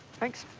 thanks.